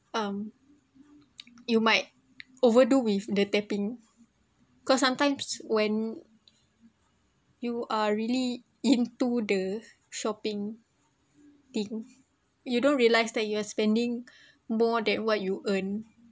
um you might overdo with the taping cause sometimes when you are really into the shopping thing you don't realise that you are spending more than what you earn